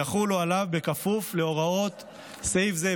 יחולו עליו, בכפוף להוראות סעיף זה".